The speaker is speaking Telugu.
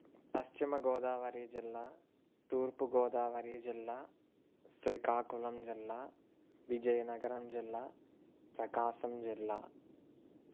పశ్చిమగోదావరి జిల్లా తూర్పుగోదావరి జిల్లా శ్రీకాకుళం జిల్లా విజయనగరం జిల్లా ప్రకాశం జిల్లా